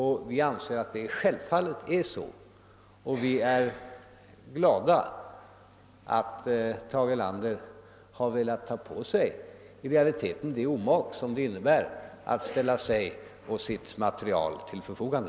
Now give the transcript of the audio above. Här anser vi självfallet att det är det, och vi är glada över att Tage Erlander har velat ta på sig det omak, som det faktiskt innebär att ställa sig och sitt material till förfogande.